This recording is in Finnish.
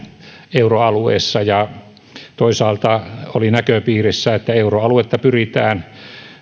euroalueessa ja toisaalta oli näköpiirissä että euroaluetta pyritään